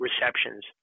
receptions